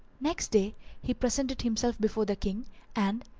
next day he presented himself before the king and,